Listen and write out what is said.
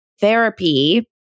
therapy